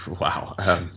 wow